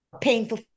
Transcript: painful